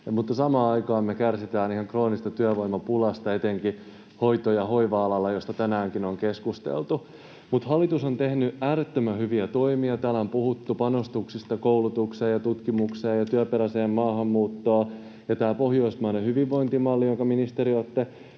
samaan aikaan me kärsitään ihan kroonisesta työvoimapulasta etenkin hoito- ja hoiva-alalla, mistä tänäänkin on keskusteltu. Mutta hallitus on tehnyt äärettömän hyviä toimia. Täällä on puhuttu panostuksista koulutukseen ja tutkimukseen ja työperäiseen maahanmuuttoon, ja tämä pohjoismainen hyvinvointimalli, jonka, ministeri,